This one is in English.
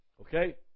okay